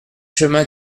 chemin